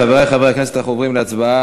חברי חברי כנסת, אנחנו עוברים להצבעה,